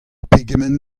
pegement